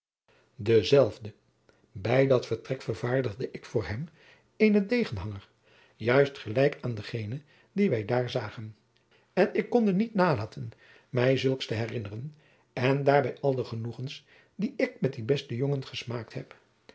dezelfde bij dat vertrek vervaardigde ik voor hem eenen degenhanger juist gelijk aan dengenen dien wij daar zagen en ik konde niet nalaten mij zulks te herinneren en daarbij al de genoegens die ik met dien besten jongen gesmaakt heb